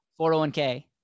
401k